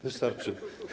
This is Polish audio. Wystarczy.